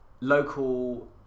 local